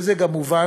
וזה גם מובן,